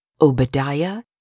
Obadiah